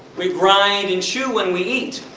we grind and chew when we eat.